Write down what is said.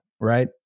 right